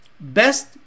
best